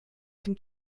dem